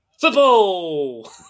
Football